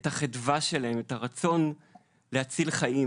את החדווה שלהם, את הרצון להציל חיים